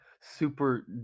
super